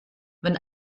wenn